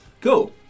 Cool